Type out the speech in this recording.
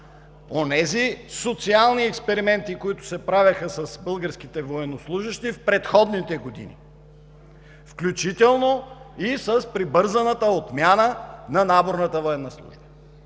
онези социални експерименти, които се правеха с българските военнослужещи в предходните години, включително и с прибързаната отмяна на наборната военна служба.